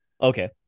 Okay